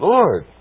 Lord